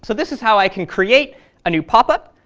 so this is how i can create a new popup.